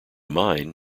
mine